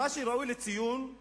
מה שראוי לציון זה